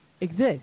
Exist